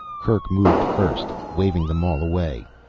kerk moved first, waving them all away.